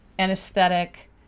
anesthetic